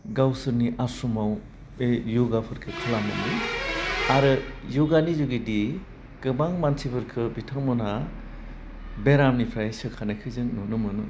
गावसोरनि आश्रमफोराव बे य'गाफोरखौ खालामोमोन आरो य'गानि जुगेदि गोबां मानसिफोरखौ बिथांमोनहा बेरामनिफ्राय सोखानायखौ जों नुनो मोनो